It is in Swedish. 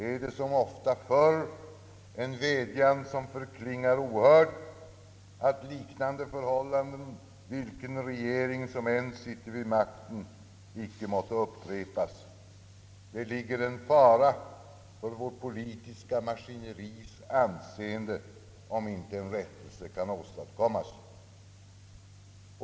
är det som så ofta förr en vädjan som förklingar ohörd att liknande förhållanden, vilken regering som än sitter vid makten, icke måtte upprepas? Det ligger en fara för vårt politiska maskineris anseende om inte en rättelse kan åstadkommas.